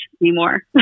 anymore